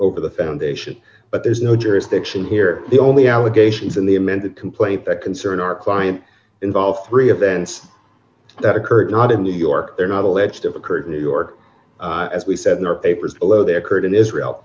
over the foundation but there is no jurisdiction here the only allegations in the amended complaint that concern our client involve three events that occurred not in new york they're not alleged of occurred in new york as we said in our papers below they occurred in israel